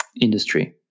industry